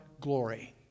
glory